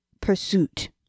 pursuit